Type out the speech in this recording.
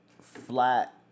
flat